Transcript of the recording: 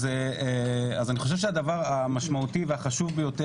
אז אני חושב שהדבר המשמעותי והחשוב ביותר